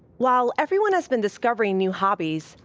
while everyone has been discovering new hobbies,